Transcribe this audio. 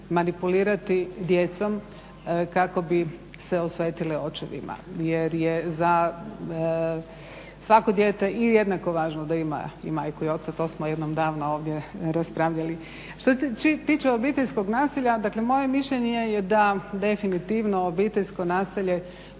manipulirati djecom kako bi se osvetile očevima jer je za svako dijete jednako važno da ima i majku i oca, to smo jednom davno ovdje raspravljali. Što se tiče obiteljskog nasilja dakle moje mišljenje je da definitivno obiteljsko nasilje